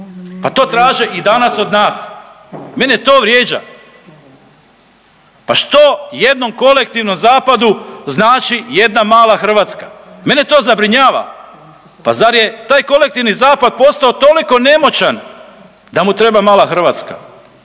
a to traže i danas od nas. Mene to vrijeđa. Pa što jednom kolektivnom zapadu znači jedna mala Hrvatska. Mene to zabrinjava. Pa zar je taj kolektivni zapad postao toliko nemoćan da mu treba mala Hrvatska